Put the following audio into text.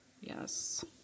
Yes